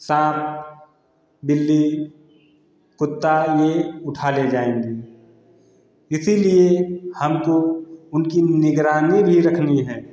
साँप बिल्ली कुत्ता ये उठा ले जाएंगे इसीलिए हम को उनकी निगरानी भी रखनी है